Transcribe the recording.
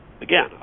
again